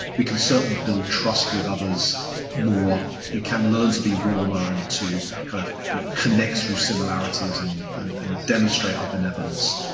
we can certainly build trust with others more. we can learn to be warmer and to kind of you know connect through similarities and and and demonstrate our benevolence.